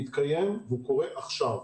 מתקיים וקורה עכשיו,